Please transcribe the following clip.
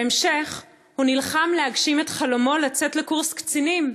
בהמשך הוא נלחם להגשים את חלומו לצאת לקורס קצינים.